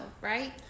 right